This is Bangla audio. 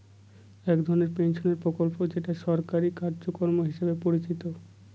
এক ধরনের পেনশনের প্রকল্প যেটা সরকারি কার্যক্রম হিসেবে পরিচিত